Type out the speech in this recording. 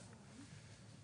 מי נגד?